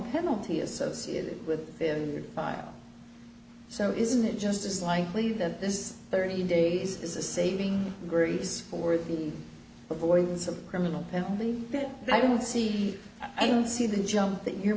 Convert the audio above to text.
penalty associated with the file so isn't it just as likely that this thirty days is a saving grace for the avoidance of criminal penalty that i don't see i don't see the jump that you're